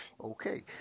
Okay